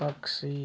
पक्षी